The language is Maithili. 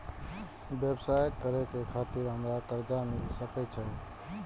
व्यवसाय करे खातिर हमरा कर्जा मिल सके छे?